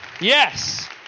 yes